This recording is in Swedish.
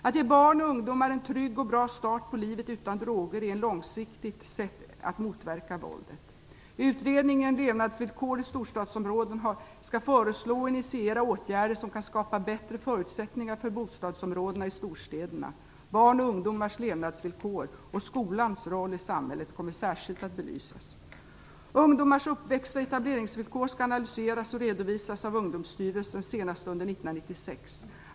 Att ge barn och ungdomar en trygg och bra start på livet utan droger är ett långsiktigt sätt att motverka våldet. Utredningen Levnadsvillkor i storstadsområden skall föreslå och initiera åtgärder som kan skapa bättre förutsättningar för bostadsområdena i storstäderna. Barn och ungdomars levnadsvillkor och skolans roll i samhället kommer särskilt att belysas. Ungdomars uppväxt och etableringsvillkor skall analyseras och redovisas av Ungdomsstyrelsen senast under 1996.